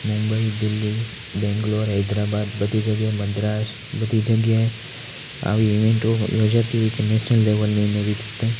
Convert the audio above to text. મુંબઈ દિલ્લી બેંગલોર હૈદ્રાબાદ બધી જગ્યાએ મદ્રાસ બધી જગ્યાએ આવી ઇવેંટો યોજાતી હોય છે નેશનલ લેવલની ને એવી રીતે